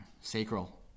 sacral